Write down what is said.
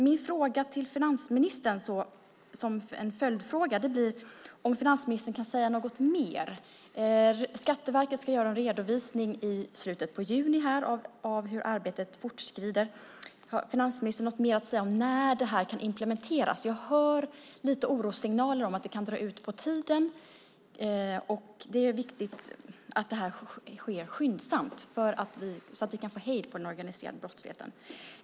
Min fråga till finansministern som en följdfråga blir: Kan finansministern säga något mer? Skatteverket ska göra en redovisning i slutet av juni av hur arbetet fortskrider, har finansministern något mer att säga om när det här kan implementeras? Jag hör lite orossignaler om att det kan dra ut på tiden. Det är viktigt att det här sker skyndsamt så att vi kan få hejd på den organiserade brottsligheten.